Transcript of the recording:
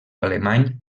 alemany